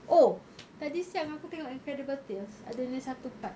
oh tadi siang aku tengok incredible tales ada punya satu part